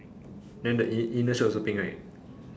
then the in inner shirt also pink right